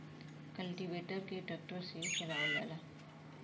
cultivator के tractor से चलावल जाला